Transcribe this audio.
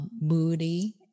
moody